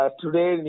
today